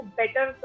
better